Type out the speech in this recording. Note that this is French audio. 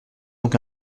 donc